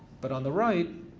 but on the right,